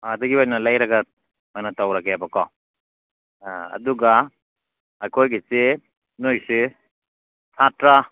ꯑꯥꯗꯒꯤ ꯑꯣꯏꯅ ꯂꯩꯔꯒ ꯑꯅ ꯇꯧꯔꯒꯦꯕꯀꯣ ꯑꯗꯨꯒ ꯑꯩꯈꯣꯏꯒꯤꯁꯦ ꯅꯈꯣꯏꯁꯦ ꯁꯥꯇ꯭ꯔꯥ